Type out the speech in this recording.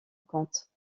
compte